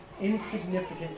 Insignificant